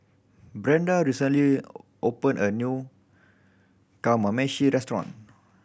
Brenda recently opened a new Kamameshi Restaurant